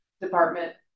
department